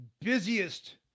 busiest